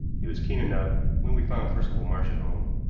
he was keen enough when we found percival marsh at home.